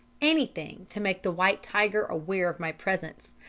anything to make the white tiger aware of my presence,